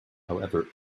however